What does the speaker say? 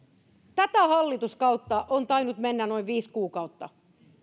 tätä hallituskautta on tainnut mennä noin viisi kuukautta